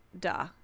duh